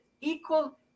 equal